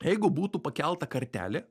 jeigu būtų pakelta kartelė